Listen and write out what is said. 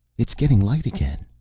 it's getting light again,